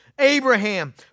Abraham